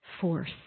force